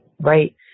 right